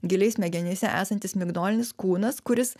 giliai smegenyse esantis migdolinis kūnas kuris